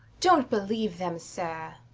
dont believe them, sir.